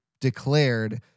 declared